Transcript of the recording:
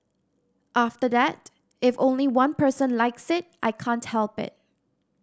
after that if only one person likes it I can't help it